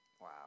Wow